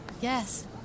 Yes